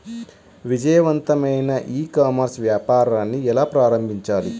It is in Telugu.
విజయవంతమైన ఈ కామర్స్ వ్యాపారాన్ని ఎలా ప్రారంభించాలి?